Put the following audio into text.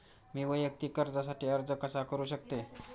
मी वैयक्तिक कर्जासाठी अर्ज कसा करु शकते?